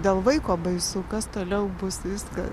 dėl vaiko baisu kas toliau bus viskas